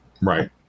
Right